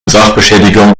sachbeschädigung